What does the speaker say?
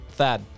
Thad